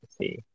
see